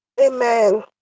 amen